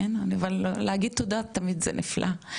אבל להגיד תודה זה תמיד נפלא.